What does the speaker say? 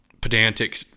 pedantic